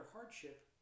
hardship